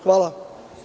Hvala.